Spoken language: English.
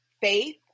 faith